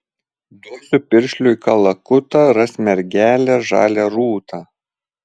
duosiu piršliui kalakutą ras mergelę žalią rūtą